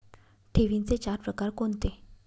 ठेवींचे चार प्रकार कोणते?